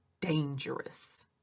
dangerous